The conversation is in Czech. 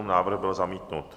Návrh byl zamítnut.